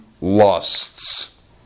lusts